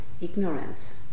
ignorance